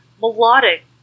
melodic